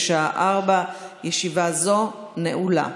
בשעה 16:00. ישיבה זו נעולה.